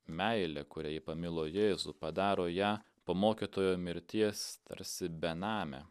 meilė kuria ji pamilo jėzų padaro ją po mokytojo mirties tarsi bename